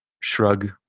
shrug